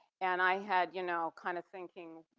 and i had you know kind of thinking,